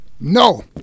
No